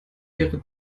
ihre